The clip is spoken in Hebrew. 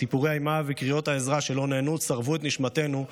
סיפורי האימה וקריאות העזרה שלא נענו צרבו את נשמתנו,